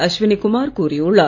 அஸ்வனி குமார் கூறியுள்ளார்